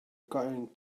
going